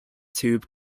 tube